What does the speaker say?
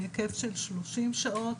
בהיקף של 30 שעות,